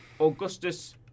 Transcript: Augustus